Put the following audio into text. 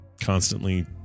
constantly